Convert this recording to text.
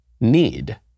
need